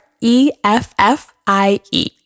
E-F-F-I-E